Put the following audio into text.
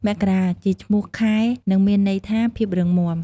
មករា ជាឈ្មោះខែ និងមានន័យថា ភាពរឹងមាំ។